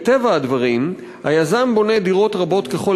מטבע הדברים היזם בונה דירות רבות ככל